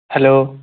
hello